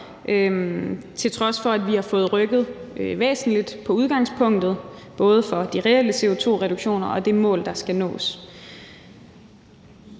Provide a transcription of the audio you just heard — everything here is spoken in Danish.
til trods for at vi har fået rykket væsentligt på udgangspunktet, både for de reelle CO2-reduktioner og det mål, der skal nås.